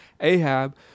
Ahab